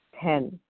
Ten